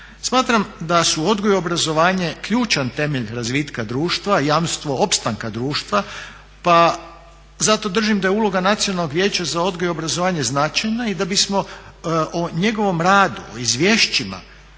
Smatram da su odgoj i obrazovanje ključan temelj razvitka društva, jamstvo opstanka društva pa zato držim da je uloga Nacionalnog vijeća za odgoj i obrazovanje značajna i da bismo o njegovom radu, o izvješćima